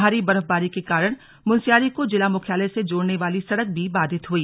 भारी बर्फबारी के कारण मुनस्यारी को जिला मुख्यालय से जोड़ने वाली सड़क भी बाधित हई